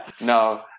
no